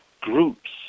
groups